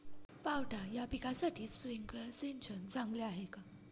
पावटा या पिकासाठी स्प्रिंकलर सिंचन चांगले आहे का?